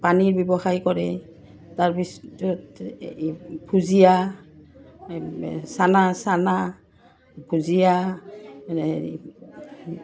পানীৰ ব্যৱসায় কৰে তাৰপিছত এই ভুজিয়া এই চানা চানা ভুজীয়া এই